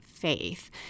Faith